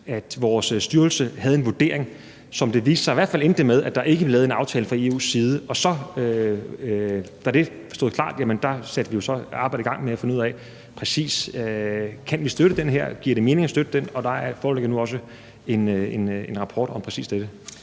var. Vores styrelse havde en vurdering. Det endte i hvert fald med, at der ikke blev lavet en aftale fra EU's side, og da det stod klart, satte vi jo så arbejdet i gang med at finde ud af, om vi kan støtte det her, og om det giver mening at støtte det. Og der foreligger nu også en rapport om præcis dette.